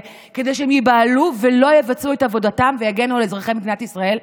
כדי שהם ייבהלו ולא יבצעו את עבודתם ויגנו על אזרחי מדינת ישראל.